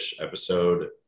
episode